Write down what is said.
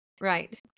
right